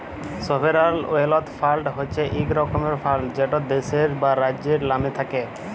sovereign wealth fund হছে ইক রকমের ফাল্ড যেট দ্যাশের বা রাজ্যের লামে থ্যাকে